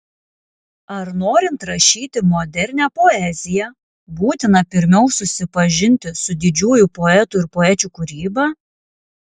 ar norint rašyti modernią poeziją būtina pirmiau susipažinti su didžiųjų poetų ir poečių kūryba